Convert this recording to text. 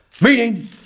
Meaning